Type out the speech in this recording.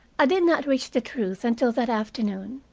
i did not reach the truth until, that afternoon,